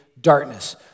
darkness